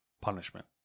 punishment